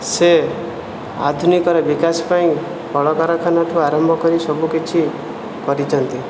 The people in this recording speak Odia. ସେ ଆଧୁନିକରେ ବିକାଶ ପାଇଁ କଳକାରଖାନାଠୁ ଆରମ୍ଭ କରି ସବୁକିଛି କରିଛନ୍ତି